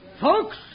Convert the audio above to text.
Folks